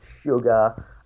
sugar